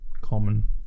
common